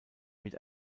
mit